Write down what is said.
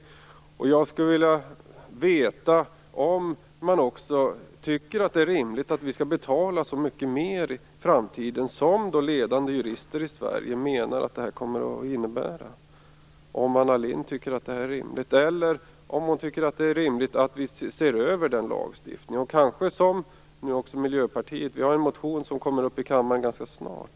Tycker Anna Lindh att det är rimligt att vi skall betala så mycket mer i framtiden, som ledande jurister i Sverige menar att det kommer att innebära, eller är det rimligt att se över lagstiftningen? Miljöpartiet har en motion i frågan som kommer att behandlas i kammaren ganska snart.